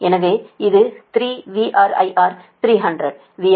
எனவே இது 3 VRIR 300 VR 220 KV